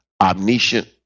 omniscient